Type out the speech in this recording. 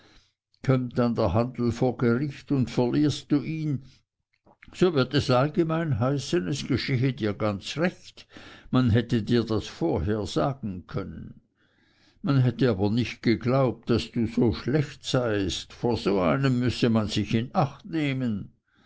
kömmt dann der handel vor gericht und verlierst du ihn so wird es allgemein heißen es geschehe dir ganz recht man hätte dir das vorher sagen können man hätte aber nicht geglaubt daß du so schlecht seiest vor so einem müsse man sich in acht nehmen